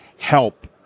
help